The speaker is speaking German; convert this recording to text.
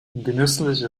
genüsslich